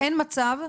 אין מצב,